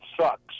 sucks